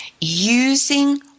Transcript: Using